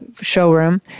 showroom